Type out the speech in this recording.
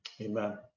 amen